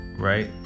right